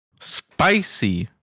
spicy